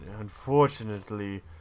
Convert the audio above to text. unfortunately